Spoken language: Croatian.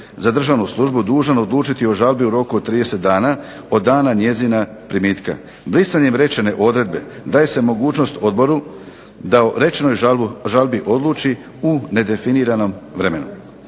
za državnu službu dužan odlučiti o žalbi u roku od 30 dana od dana njezina primitka. Brisanjem rečene odredbe daje se mogućnost odboru da o rečenoj žalbi odluči u nedefiniranom vremenu.